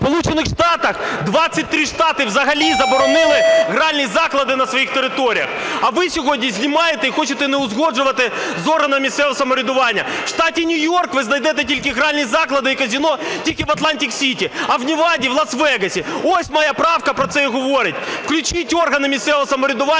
Штатах 23 штати взагалі заборонили гральні заклади на своїх територіях, а ви сьогодні знімаєте і хочете не узгоджувати з органами місцевого самоврядування. В штаті Нью-Йорк ви знайдете гральні заклади і казино тільки в Атлантик-Сіті, а в Неваді – в Лас-Вегасі. Ось моя правка про це і говорить. Включіть органи місцевого самоврядування